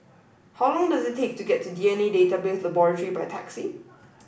how long does it take to get to DNA Database Laboratory by taxi